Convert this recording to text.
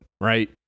right